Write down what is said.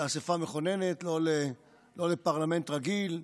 לאספה המכוננת או לפרלמנט רגיל,